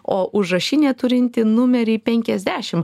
o užrašinė turinti numerį penkiasdešim